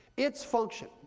its function,